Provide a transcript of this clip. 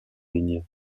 ligne